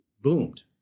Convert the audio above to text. boomed